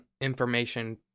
information